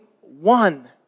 one